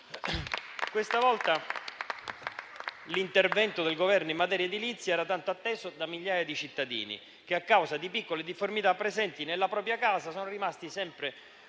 Questa volta l'intervento del Governo in materia edilizia era tanto atteso da migliaia di cittadini che, a causa di piccole difformità presenti nella propria casa, sono rimasti sempre